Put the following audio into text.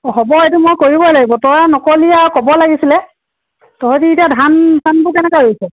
অঁ হ'ব এইটো মই কৰিবই লাগিব তই আৰু নক'লি আৰু ক'ব লাগিছিলে তহঁতি এতিয়া ধান চানবোৰ কেনেকৈ ৰুইছ